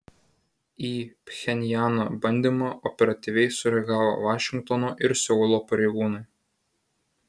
į pchenjano bandymą operatyviai sureagavo vašingtono ir seulo pareigūnai